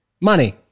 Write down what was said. money